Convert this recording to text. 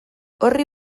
orri